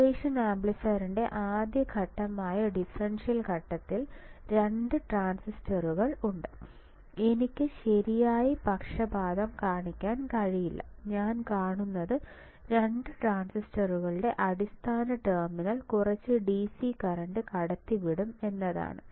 operation ആംപ്ലിഫയറിന്റെ ആദ്യ ഘട്ടമായ ഡിഫറൻഷ്യൽ ഘട്ടത്തിൽ 2 ട്രാൻസിസ്റ്ററുകൾ ഉണ്ട് എനിക്ക് ശരിയായി പക്ഷപാതം കാണിക്കാൻ കഴിയില്ല ഞാൻ കാണുന്നത് 2 ട്രാൻസിസ്റ്ററുകളുടെ അടിസ്ഥാന ടെർമിനൽ കുറച്ച് DC കറന്റ് കടത്തിവിടും എന്നതാണ്